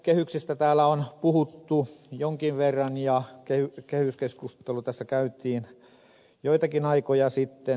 kehyksestä täällä on puhuttu jonkin verran ja kehyskeskustelu tässä käytiin joitakin aikoja sitten